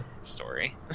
story